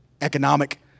economic